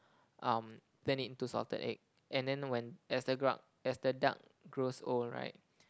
um turn it into salted egg and then when as the gru~ as the duck grows old right